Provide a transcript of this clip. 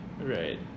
Right